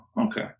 Okay